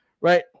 right